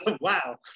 Wow